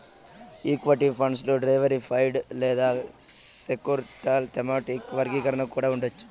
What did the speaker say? equity funds లో diversified లేదా sectoral, thematic వర్గీకరణ కూడా ఉండవచ్చు